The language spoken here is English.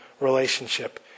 relationship